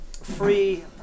free